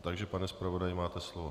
Takže pane zpravodaji, máte slovo.